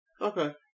Okay